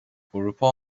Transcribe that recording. اروپا